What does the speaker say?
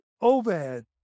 overhead